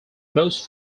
most